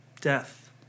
death